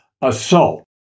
assault